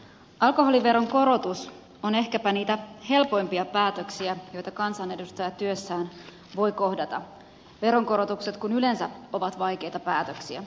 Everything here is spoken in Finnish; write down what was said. alkoholiveron korotus on ehkäpä niitä helpoimpia päätöksiä joita kansanedustaja työssään voi kohdata veronkorotukset kun yleensä ovat vaikeita päätöksiä